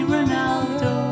Ronaldo